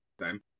time